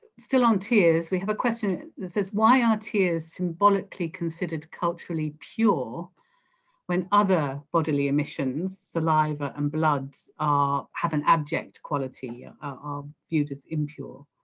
still on tears we have a question that and and says why are tears symbolically considered culturally pure when other bodily emissions saliva and blood are have an abject quality and yeah are um viewed as impure?